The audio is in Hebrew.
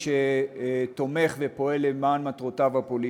שתומך ופועל למען מטרותיו הפוליטיות.